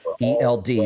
ELD